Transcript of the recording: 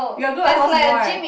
you got go my house before right